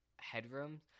headroom